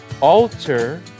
alter